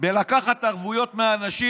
בלקחת ערבויות מאנשים.